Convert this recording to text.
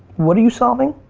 what are you solving?